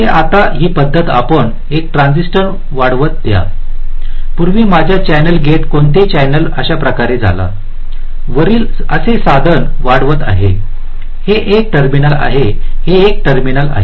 ते आता ही पद्धत आपण एक ट्रान्झिस्टर वाढवत द्या पूर्वी माझ्या चॅनेल गेट कोणते चॅनेल अशाप्रकारे झाला वरील असे साधन वाढवत आहेत हे 1 टर्मिनल आहे हे 1 टर्मिनल आहे